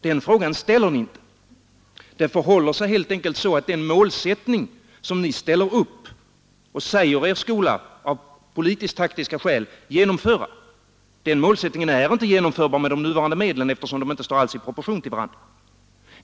Den frågan ställer ni inte. Det förhåller sig helt enkelt så att den målsättning som ni ställer upp och säger er skola av politiskt taktiska skäl genomföra inte är genomförbar med de nuvarande medlen, eftersom de inte alls står i proportion till varandra.